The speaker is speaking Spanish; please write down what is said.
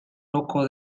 loco